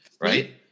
right